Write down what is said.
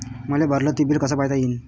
मले भरल ते बिल कस पायता येईन?